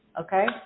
okay